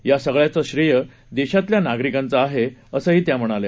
यासगळ्याचंश्रेयदेशातल्यानागरिकांचंआहे असंत्या म्हणाल्या